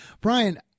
Brian